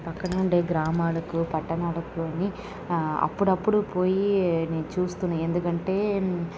ఈ పక్కనే ఉండే గ్రామాలకు పట్టణాలకును అప్పుడప్పుడు పోయి నేను చూస్తున ఎందుకంటే